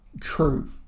True